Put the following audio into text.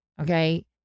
Okay